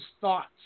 Thoughts